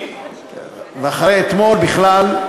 ואחרי אתמול, בכלל.